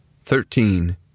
Thirteen